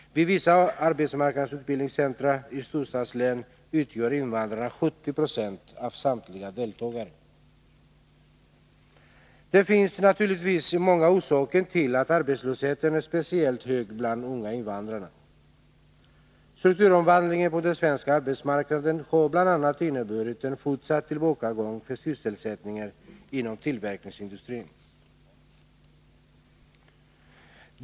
Vid vissa AMU-centra i storstadslän utgör invandrarna 70 20 av samtliga deltagare. Det finns naturligtvis många orsaker till att arbetslösheten är speciellt hög bland de unga invandrarna. Strukturomvandlingen på den svenska arbetsmarknaden har bl.a. inneburit en fortsatt tillbakagång för sysselsättningen inom tillverkningsindustrin.